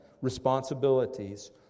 responsibilities